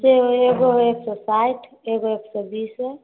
सेब एगो एक सब साठि एगो एक सए बीस हय